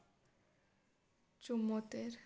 ચુમ્મોતેર